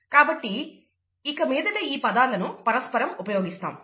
కాబట్టి ఇకమీదట ఈ పదాలను పరస్పరం ఉపయోగిస్తాము